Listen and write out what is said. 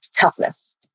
toughness